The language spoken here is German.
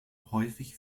häufig